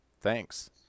Thanks